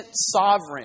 sovereign